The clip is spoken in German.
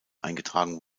eingetragen